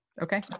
Okay